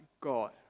God